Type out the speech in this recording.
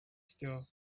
still